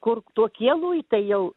kur tokie luitai jau